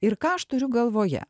ir ką aš turiu galvoje